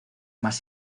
más